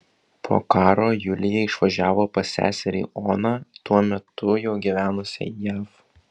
po karo julija išvažiavo pas seserį oną tuo metu jau gyvenusią jav